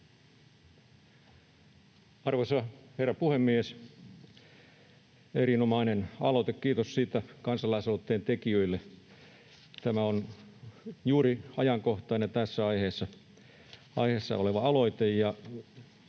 Arvoisa herra puhemies! Erinomainen aloite — kiitos siitä kansalaisaloitteen tekijöille. Tämä tässä aiheessa oleva aloite